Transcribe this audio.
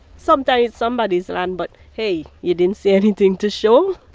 sometimes somebody's land, but, hey, you didn't see anything to show,